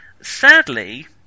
sadly